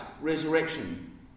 resurrection